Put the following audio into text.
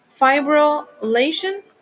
Fibrillation